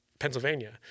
Pennsylvania